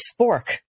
spork